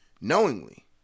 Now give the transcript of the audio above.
knowingly